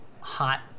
hot